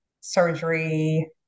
surgery